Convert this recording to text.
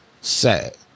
Sad